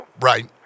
Right